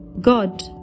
god